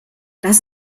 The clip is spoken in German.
das